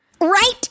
Right